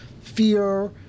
fear